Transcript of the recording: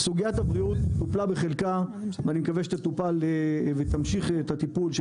סוגיית הבריאות טופלה בחלקה ואני מקווה שימשיכו את הטיפול של